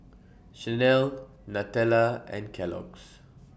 Chanel Nutella and Kellogg's